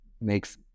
makes